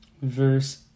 verse